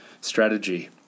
strategy